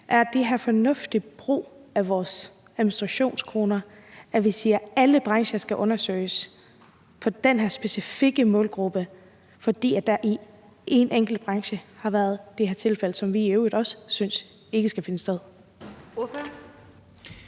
Er det her fornuftig brug af vores administrationskroner, at vi siger, at alle brancher skal undersøges i forhold til den her specifikke målgruppe, fordi der i en enkelt branche har været de her tilfælde, som vi i øvrigt heller ikke synes skal finde sted?